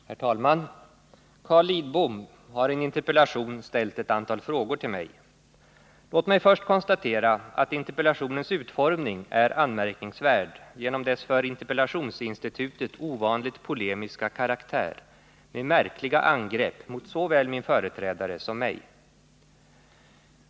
Herr talman! Carl Lidbom har i en interpellation ställt ett antal frågor till mig. Låt mig först konstatera att interpellationens utformning är anmärkningsvärd genom dess för interpellationsinstitutet ovanligt polemiska karaktär med märkliga angrepp mot såväl min företrädare som mig.